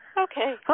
Okay